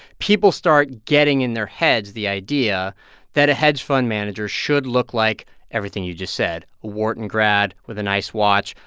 people start getting in their heads the idea that a hedge fund managers should look like everything you just said wharton grad with a nice watch,